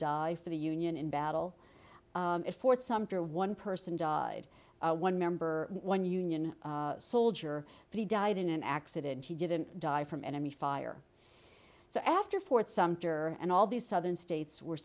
for the union in battle at fort sumter one person died one member one union soldier but he died in an accident he didn't die from enemy fire so after fort sumter and all these southern states were